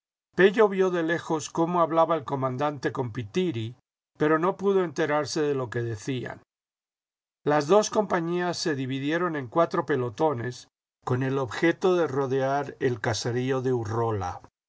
pello vio de lejos cómo hablaba el comandante con pithiri pero no pudo enterarse de lo que decían las dos compañías se dividieron en cuatro pelotones con el objeto de rodear el caserío de urrola